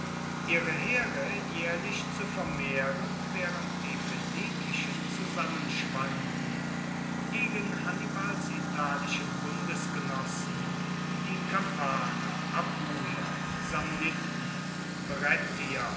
ihre heere jaehrlich zu vermehren waehrend die phoenikischen zusammenschwanden gegen hannibals italische bundesgenossen die kampaner apuler samniten brettier